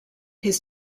his